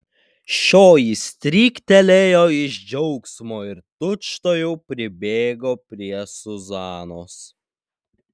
šioji stryktelėjo iš džiaugsmo ir tučtuojau pribėgo prie zuzanos